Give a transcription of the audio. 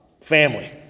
family